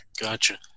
Gotcha